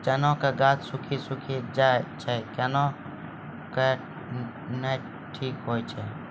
चना के गाछ सुखी सुखी जाए छै कहना को ना ठीक हो छै?